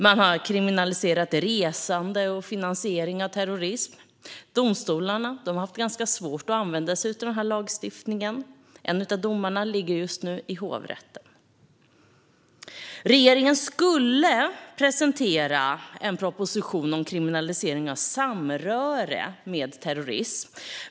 Man har kriminaliserat resande och finansiering av terrorism. Domstolarna har haft ganska svårt att använda sig av denna lagstiftning. En av domarna ligger just nu i hovrätten. Regeringen skulle presentera en proposition om kriminalisering av samröre med terrorism.